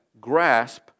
grasp